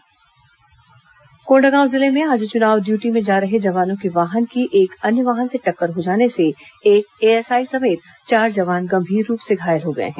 दुर्घटना कोंडागांव जिले में आज चुनाव ड्यूटी पर जा रहे जवानों के वाहन की एक अन्य वाहन से टक्कर हो जाने से एक एएसआई समेत चार जवान गंभीर रूप से घायल हो गए हैं